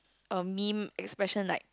uh meme expression like